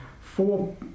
four